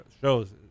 shows